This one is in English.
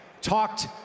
talked